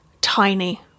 tiny